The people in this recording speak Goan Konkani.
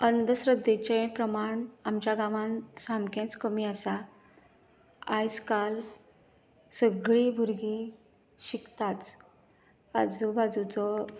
अंधश्रध्देचें प्रमाण आमच्या गांवान सामकेच कमी आसा आयज काल सगळीं भुरगीं शिकताच आजुबाजूचो